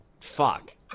Fuck